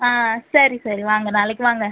ஆ சரி சரி வாங்க நாளைக்கு வாங்க